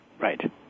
Right